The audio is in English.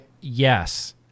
Yes